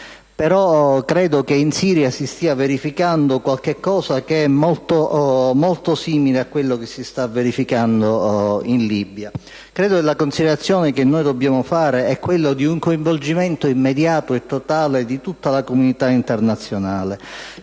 Credo che in Siria si stia verificando qualcosa di simile a quanto sta avvenendo in Libia. Credo che la considerazione che dobbiamo fare sia un coinvolgimento immediato e totale di tutta la comunità internazionale.